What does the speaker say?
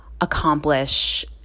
accomplish